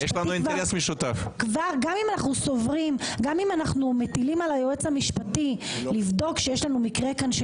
גם אם אנחנו מטילים על היועץ המשפטי לבדוק שיש לנו מקרה כאן של